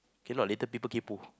cannot later people kaypo